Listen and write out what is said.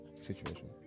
situation